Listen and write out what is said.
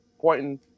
pointing